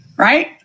Right